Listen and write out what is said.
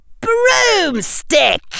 Broomstick